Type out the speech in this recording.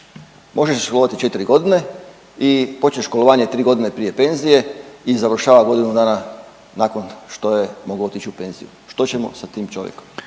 Može sudjelovati četri godine i počne školovanje tri godine prije penzije i završava godinu dana nakon što je mogao otić u penziju. Što ćemo sa tim čovjekom?